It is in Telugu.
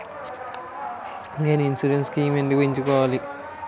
నేను ఇన్సురెన్స్ స్కీమ్స్ ఎందుకు ఎంచుకోవాలి?